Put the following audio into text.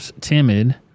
timid